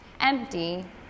empty